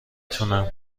تونم